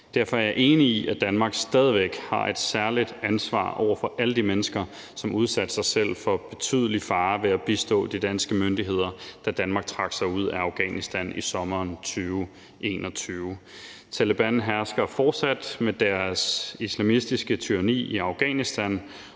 Derfor er jeg enig i, at Danmark stadig væk har et særligt ansvar for alle de mennesker, som udsatte sig selv for betydelig fare ved at bistå de danske myndigheder, da Danmark trak sig ud af Afghanistan i sommeren 2021. Taleban hersker fortsat med deres islamistiske tyranni i Afghanistan.